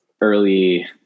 early